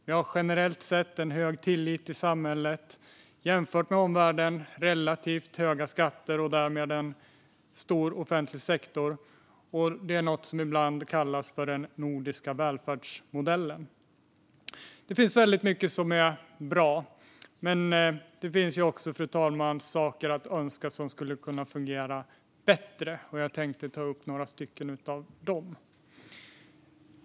Vi har generellt sett en hög tillit i samhället, och vi har jämfört med omvärlden relativt höga skatter och därmed en stor offentlig sektor. Det kallas ibland den nordiska välfärdsmodellen. Det finns mycket som är bra, men det finns också saker som man önskar kunde fungera bättre. Jag tänkte ta upp några av dessa.